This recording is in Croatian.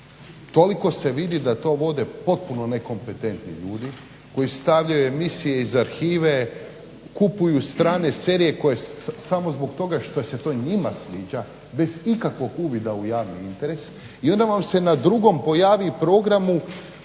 toliko se vidi da to vode potpuno ne kompetentni ljudi koji stavljaju emisije iz arhive, kupuju strane serije samo zbog toga što se to njima sviđa, bez ikakvog uvida u javni interes i onda vam se na drugom pojavi programu